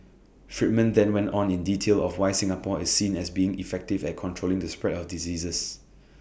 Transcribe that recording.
Friedman then went on in detail of why Singapore is seen as being effective at controlling the spread of diseases